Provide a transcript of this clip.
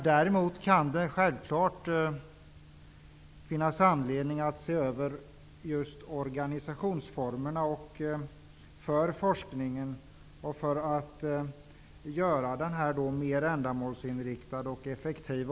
Däremot kan det självklart finnas anledning att se över just organisationsformerna för forskningen för att göra denna mera ändamålsinriktad och effektiv.